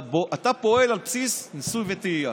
אתה פועל על בסיס ניסוי וטעייה.